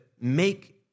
make